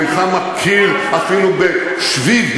אינך מכיר אפילו בשביב,